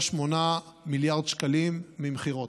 8 מיליארד שקלים ממכירות.